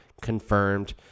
confirmed